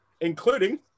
including